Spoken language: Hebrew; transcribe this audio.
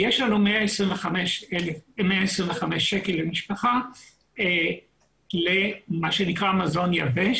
ויש לנו 125 ₪ למשפחה למה שנקרא מזון יבש